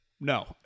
No